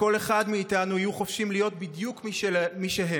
וכל אחד מאיתנו יהיו חופשיים להיות בדיוק מי שהם.